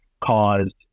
caused